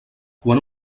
quan